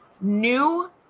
new